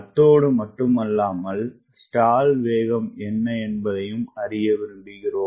அத்தோடு மட்டுமல்லாமல்ஸ்டால்வேகம் என்னஎன்பதையும்அறிய விரும்புகிறோம்